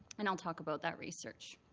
and i'll talk about that research.